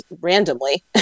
randomly